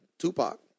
Tupac